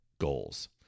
goals